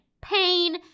pain